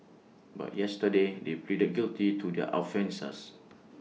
but yesterday they pleaded guilty to their offences